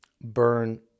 burn